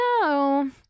no